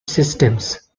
systems